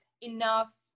enough